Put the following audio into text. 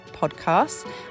podcast